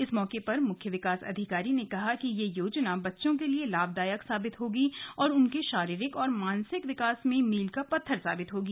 इस मौके पर मुख्य विकास अधिकारी ने कहा कि ये योजना बच्चों के लिए लाभदायक साबित होगी और उनके शारीरिक और मानसिक विकास में मील का पत्थर साबित होगी